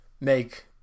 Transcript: make